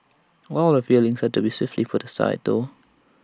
all her feelings had to be swiftly put aside though